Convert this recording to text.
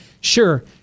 Sure